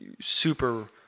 super